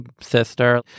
sister